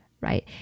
right